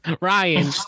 Ryan